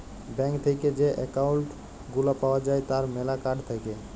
bank থেক্যে যে account গুলা পাওয়া যায় তার ম্যালা কার্ড থাক্যে